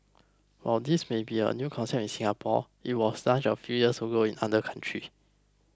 while this may be a new concept in Singapore it was launched a few years ago in other countries